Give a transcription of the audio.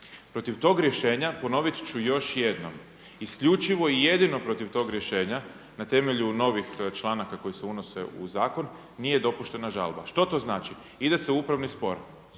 protiv tog rješenja, ponovit ću još jednom, isključivo i jedino protiv tog rješenja na temelju novih članaka koje se unose u zakon nije dopuštena žalba. Što to znači? Ide se u upravni spor.